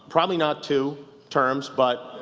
probably not two terms. but,